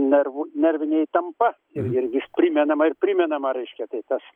nervų nervinė įtampa ir ir ir vis primenama ir primenama reiškia tai tas